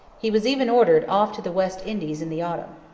he was even ordered off to the west indies in the autumn.